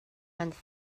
month